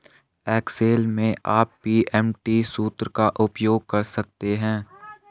Excel में आप PMT सूत्र का उपयोग कर सकते हैं